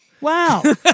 Wow